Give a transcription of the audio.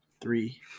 three